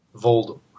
Voldemort